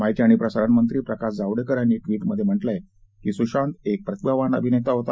माहिती आणि प्रसारण मंत्री प्रकाश जावडेकर यांनी एका ट्विटमध्ये म्हटल आहे की सुशांत एक प्रतिभावान अभिनेता होता